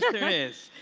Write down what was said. there is.